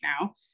now